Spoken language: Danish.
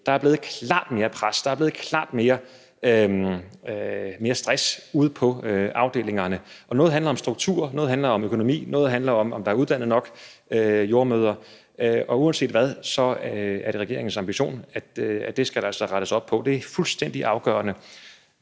Der er blevet klart mere pres og der er blevet klart mere stress ude på afdelingerne. Noget handler om struktur, noget handler om økonomi, og noget handler om, om der er nok uddannede jordemødre, og uanset hvad er det regeringens ambition, at det skal der altså rettes op på. Det er fuldstændig afgørende,